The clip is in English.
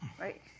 right